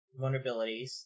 vulnerabilities